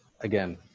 again